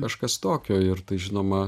kažkas tokio ir tai žinoma